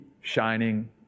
shining